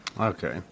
Okay